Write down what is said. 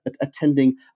attending